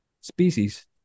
species